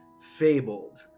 Fabled